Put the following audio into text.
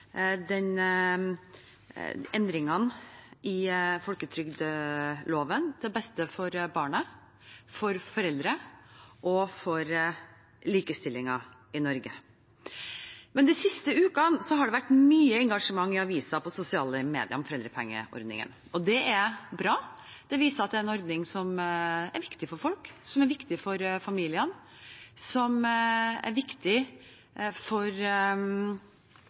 folketrygdloven til beste for barna, for foreldrene og for likestillingen i Norge. De siste ukene har det vært mye engasjement i aviser og sosiale medier om foreldrepengeordningen. Det er bra. Det viser at det er en ordning som er viktig for folk, som er viktig for familiene, og som er viktig